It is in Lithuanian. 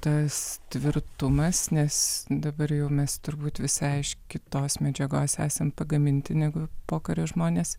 tas tvirtumas nes dabar jau mes turbūt visai iš kitos medžiagos esam pagaminti negu pokario žmonės